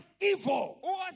evil